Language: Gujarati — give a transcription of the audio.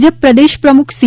ભાજપ પ્રદેશ પ્રમુખ સી